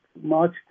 March